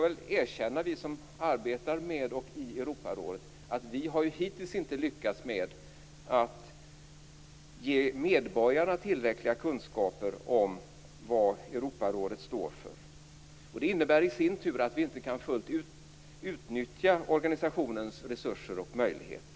Vi som arbetar med och i Europarådet får erkänna att vi hittills inte har lyckats med att ge medborgarna tillräckliga kunskaper om vad Europarådet står för. Det innebär i sin tur att vi inte fullt ut kan utnyttja organisationens resurser och möjligheter.